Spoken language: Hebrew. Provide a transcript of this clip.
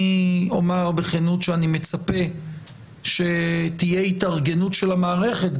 אני אומר בכנות שאני מצפה שתהיה התארגנות של המערכת,